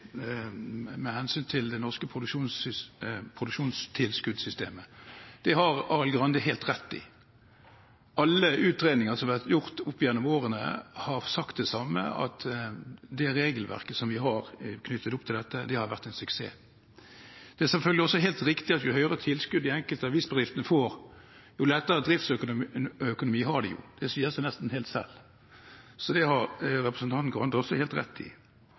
det norske produksjonstilskuddssystemet er en stor suksess, at det har Arild Grande helt rett i. Alle utredninger som har vært gjort opp gjennom årene, har sagt det samme, at det regelverket vi har knyttet opp til dette, har vært en suksess. Det er selvfølgelig også helt riktig at jo høyere tilskudd de enkelte avisbedriftene får, jo lettere driftsøkonomi har de. Det sier seg nesten helt selv. Det har representanten Grande også helt rett i.